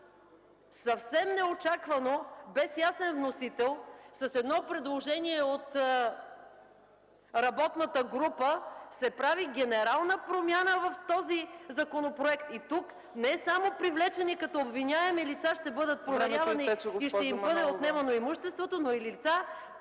Съвсем неочаквано, без ясен вносител, с едно предложение от работната група се прави генерална промяна в този законопроект и тук не само привлечени като обвиняеми лица ще бъдат проверявани... ПРЕДСЕДАТЕЛ ЦЕЦКА ЦАЧЕВА: